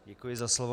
Děkuji za slovo.